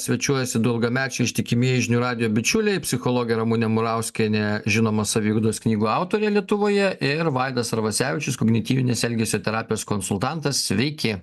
svečiuojasi du ilgamečiai ištikimieji žinių radijo bičiuliai psichologė ramunė murauskienė žinoma saviugdos knygų autorė lietuvoje ir vaidas arvasevičius kognityvinės elgesio terapijos konsultantas sveiki